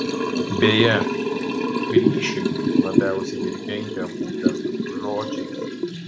beje ryšiui labiausiai ir kenkia būtent žodžiai